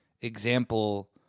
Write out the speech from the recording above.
example